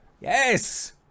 Yes